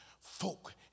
folk